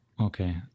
Okay